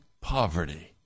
poverty